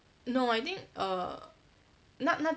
no I think err 那那